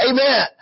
Amen